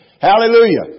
Hallelujah